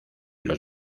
los